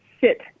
sit